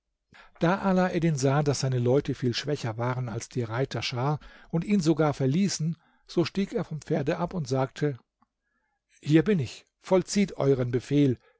da alaeddin sah daß seine leute viel schwächer waren als die reiterschar und ihn sogar verließen so stieg er vom pferd ab und sagte hier bin ich vollzieht euren befehl